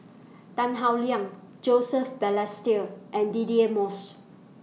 Tan Howe Liang Joseph Balestier and Deirdre Moss